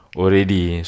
already